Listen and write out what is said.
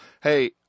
Hey